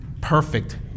perfect